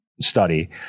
study